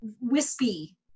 wispy